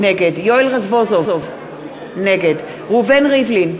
נגד יואל רזבוזוב, נגד ראובן ריבלין,